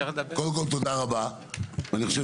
קודם כול, תודה רבה, ואני חושב